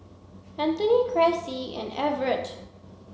Antony Cressie and Everett